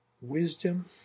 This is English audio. wisdom